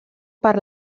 per